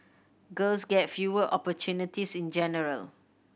girls get fewer opportunities in general